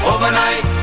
Overnight